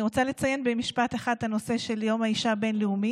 אני רוצה לציין במשפט אחד את הנושא של יום האישה הבין-לאומי.